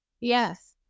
Yes